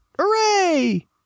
Hooray